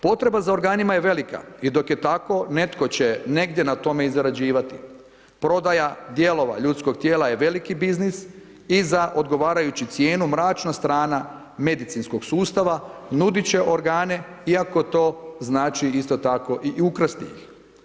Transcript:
Potreba za organima je velika i dok je tako, netko će negdje na tome i zarađivati, prodaja dijelova ljudskog tijela je veliki biznis i za odgovarajuću cijenu mračna strana medicinskog sustava nuditi će organe, iako to znači isto tako i ukrasti ih.